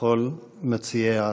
לכל מציעי ההצעות.